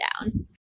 down